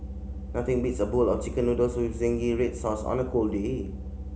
nothing beats a bowl of Chicken Noodles with zingy red sauce on a cold day